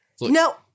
No